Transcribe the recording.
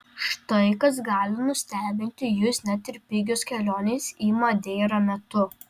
štai kas gali nustebinti jus net ir pigios kelionės į madeirą metu